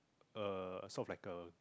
a sort of like a